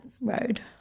road